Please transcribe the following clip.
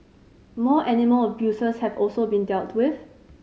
more animal abusers have also been dealt with